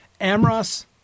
Amros